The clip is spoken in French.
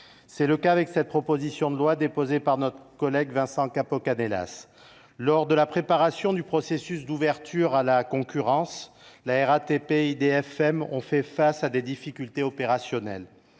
C’est le cas avec cette proposition de loi déposée par notre collègue Vincent Capo Canellas. Lors de la préparation du processus d’ouverture à la concurrence, la RATP et Île de France Mobilités ont fait face à des difficultés opérationnelles